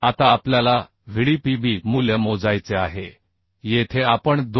आता आपल्याला Vdpb मूल्य मोजायचे आहे येथे आपण 2